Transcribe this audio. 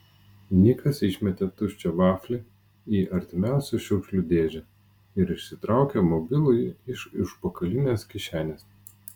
nikas išmetė tuščią vaflį į artimiausią šiukšlių dėžę ir išsitraukė mobilųjį iš užpakalinės kišenės